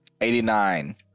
Eighty-nine